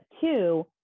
two